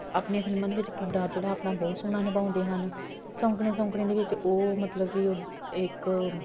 ਆਪਣੀਆਂ ਫਿਲਮਾਂ ਦੇ ਵਿੱਚ ਕਿਰਦਾਰ ਜਿਹੜਾ ਆਪਣਾ ਬਹੁਤ ਸੋਹਣਾ ਨਿਭਾਉਂਦੇ ਹਨ ਸੌਂਕਣ ਸੌਂਕਣੇ ਦੇ ਵਿੱਚ ਉਹ ਮਤਲਬ ਕਿ ਉਹ ਇੱਕ